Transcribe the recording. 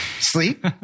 Sleep